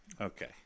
Okay